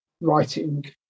writing